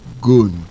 good